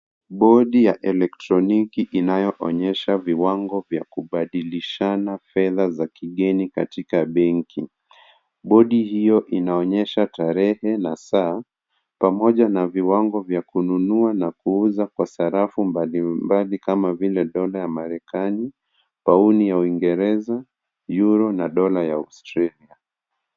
Bodi ya elektroniki inayoonyesha viwango vya kubadilishana fedha za kigeni katika benki. Bodi hiyo inaonyesha tarehe na saa, pamoja na viwango vya kununua na kuuza kwa sarafu mbalimbali kama vile dola ya Marekani, pauni ya Uingereza, Euro na dola ya Australia.